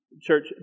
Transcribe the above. church